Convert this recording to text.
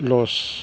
loss